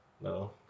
No